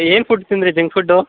ಏನು ಫುಡ್ ತಿಂದರಿ junk food